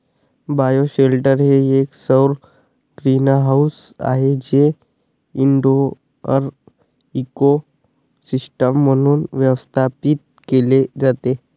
bioshelter हे एक सौर ग्रीनहाऊस आहे जे इनडोअर इकोसिस्टम म्हणून व्यवस्थापित केले जाते